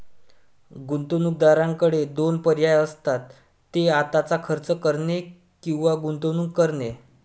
गुंतवणूकदाराकडे दोन पर्याय असतात, ते आत्ताच खर्च करणे किंवा गुंतवणूक करणे